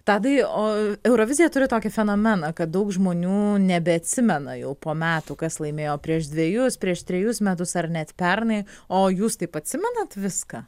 tadai o eurovizija turi tokį fenomeną kad daug žmonių nebeatsimena jau po metų kas laimėjo prieš dvejus prieš trejus metus ar net pernai o jūs taip atsimenat viską